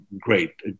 great